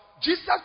Jesus